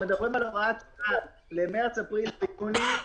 אנחנו מדברים על הוראת שעה למרץ, אפריל ויוני.